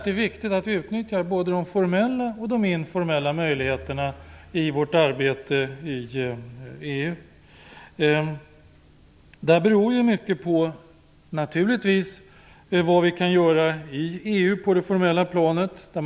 Det är viktigt att utnyttja både de formella och informella möjligheterna i vårt arbete i EU. Det beror naturligtvis mycket på vad vi kan göra på det formella planet i EU.